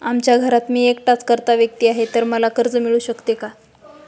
आमच्या घरात मी एकटाच कर्ता व्यक्ती आहे, तर मला कर्ज मिळू शकते का?